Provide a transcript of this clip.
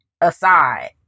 aside